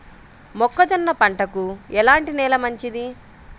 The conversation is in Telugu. మొక్క జొన్న పంటకు ఎలాంటి నేల మంచిది?